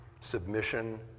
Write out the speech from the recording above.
submission